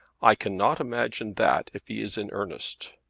i cannot imagine that if he is in earnest.